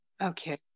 Okay